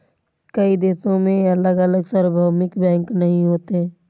कई देशों में अलग से सार्वभौमिक बैंक नहीं होते